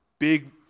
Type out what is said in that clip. big